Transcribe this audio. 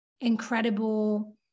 incredible